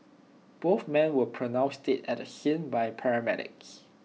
both men were pronounced dead at the scene by paramedics